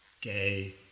gay